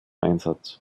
einsatz